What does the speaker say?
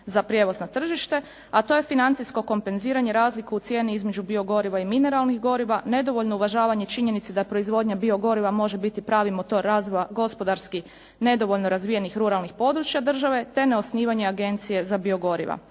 za prijevoz na tržište a to je financijsko kompenziranje, razlika u cijeni između biogoriva i mineralnih goriva, nedovoljno uvažavanje činjenice da proizvodnja biogoriva može biti pravi motor razvoja gospodarski nedovoljno razvijenih ruralnih područja države te na osnivanje agencije za biogoriva.